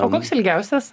o koks ilgiausias